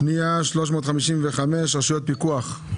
פנייה 355, רשויות פיקוח.